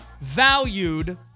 valued –